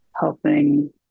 helping